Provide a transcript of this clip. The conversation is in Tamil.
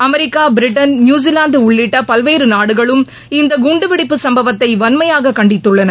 அமெரிக்கா பிரிட்டன் நியூசிலாந்து உள்ளிட்ட பல்வேறு நாடுகளும் இந்த குண்டுவெடிப்பு சம்பவத்தை வன்மையாகக் கண்டித்துள்ளன